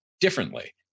differently